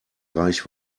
reich